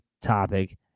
topic